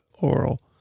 Oral